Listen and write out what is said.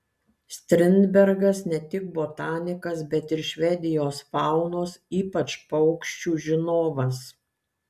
strindbergas ne tik botanikas bet ir švedijos faunos ypač paukščių žinovas